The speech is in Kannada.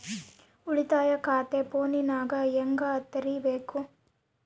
ಉಳಿತಾಯ ಖಾತೆ ಫೋನಿನಾಗ ಹೆಂಗ ತೆರಿಬೇಕು?